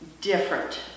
different